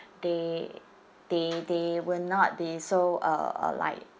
they they they will not be so uh uh like